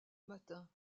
matin